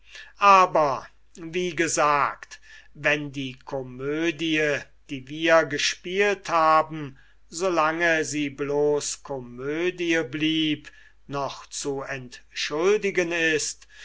aber wie gesagt wenn die komödie die wir gespielt haben so lange sie bloß komödie blieb noch zu entschuldigen ist